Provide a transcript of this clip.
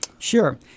sure